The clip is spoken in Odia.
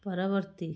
ପରବର୍ତ୍ତୀ